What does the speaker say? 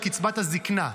על קצבת הזקנה.